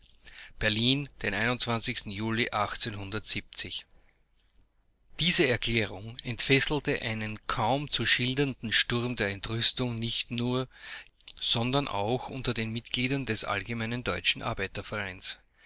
berlin den juli diese erklärung entfesselte einen kaum zu schildernden sturm der entrüstung nicht nur in allen bürgerlichen parteien sondern auch unter den mitgliedern des allgemeinen deutschen